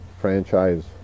franchise